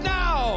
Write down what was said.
now